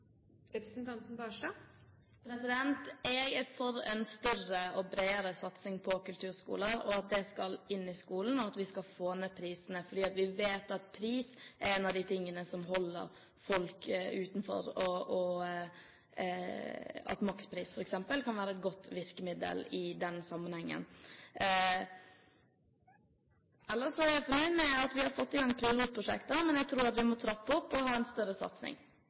representanten er fornøyd med sin egen regjerings innsats på kulturskolene, der egenandelen er så høy at det faktisk bare er dem som har høy inntekt og er godt bemidlet, som har mulighet til å betale for at barna skal få det tilbudet. Jeg er for en større og bredere satsing på kulturskoler, at det skal inn i skolen, og at vi skal få ned prisene, for vi vet at pris er noe av det som holder folk utenfor. Makspris kan f.eks. være et godt virkemiddel i den sammenheng. Ellers er jeg